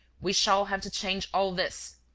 we shall have to change all this!